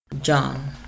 John